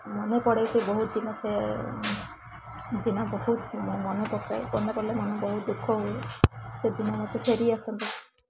ମନେ ପଡ଼େ ସେ ବହୁତ ଦିନ ସେ ଦିନ ବହୁତ ମନେପକାଏ ମନେପଡ଼ିଲେ ମନ ବହୁତ ଦୁଃଖ ହୁଏ ସେ ଦିନ ମତେ ଫେରି ଆସନ୍ତା